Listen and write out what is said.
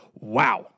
wow